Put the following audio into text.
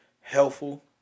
helpful